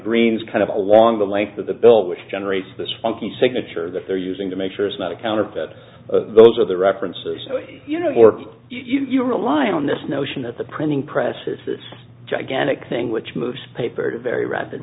greens kind of along the length of the bill which generates this funky signature that they're using to make sure it's not a counterfeit those are the references you know or you rely on this notion that the printing press has this gigantic thing which moves paper to very rapid